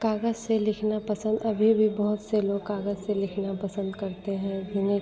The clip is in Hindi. कागज़ से लिखना पसंद अभी भी बहुत से लोग कागज़ से लिखना पसंद करते हैं इन्हें